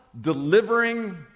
delivering